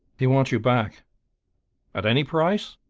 he wants you back at any price?